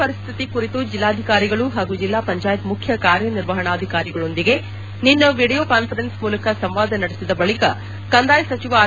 ಪರಿಸ್ತಿತಿ ಕುರಿತು ಜಿಲ್ಡಾಧಿಕಾರಿಗಳು ಹಾಗೂ ಜಿಲ್ಡಾ ಪಂಚಾಯತ್ ಬರ ಮುಖ್ಯ ಕಾರ್ಯನಿರ್ವಹಣಾಧಿಕಾರಿಗಳೊಂದಿಗೆ ನಿನ್ನೆ ವಿಡಿಯೋ ಕಾನ್ವರೆನ್ಸ್ ಮೂಲಕ ಸಂವಾದ ನಡೆಸಿದ ಬಳಿಕ ಕಂದಾಯ ಸಚಿವ ಆರ್